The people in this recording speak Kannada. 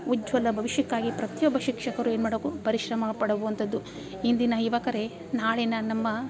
ಉಜ್ವಲ ಭವಿಷ್ಯಕ್ಕಾಗಿ ಪ್ರತಿಯೊಬ್ಬ ಶಿಕ್ಷಕರು ಏನು ಮಾಡಕು ಪರಿಶ್ರಮ ಪಡುವಂಥದ್ದು ಇಂದಿನ ಯುವಕರೇ ನಾಳಿನ ನಮ್ಮ